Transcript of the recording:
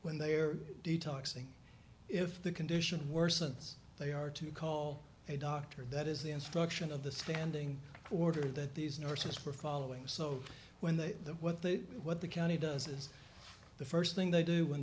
when their detox thing if the condition worsens they are to call a doctor that is the instruction of the standing order that these nurses were following so when the what the what the county does is the first thing they do when